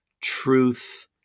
truth